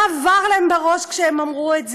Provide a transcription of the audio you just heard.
מה עבר להם בראש כשהם אמרו את זה?